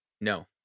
No